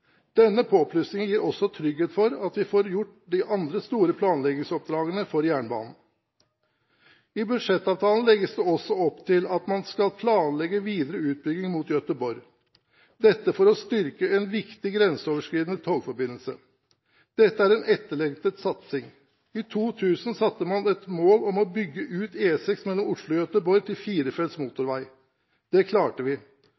Denne påplussingen gir også trygghet for at vi får gjort de andre store planleggingsoppdragene for jernbanen. I budsjettavtalen legges det også opp til at man skal planlegge videre utbygging mot Göteborg – dette for å styrke en viktig grenseoverskridende togforbindelse. Dette er en etterlengtet satsing. I 2000 satte man et mål om å bygge ut E6 mellom Oslo og Göteborg til firefelts motorvei. Det klarte vi.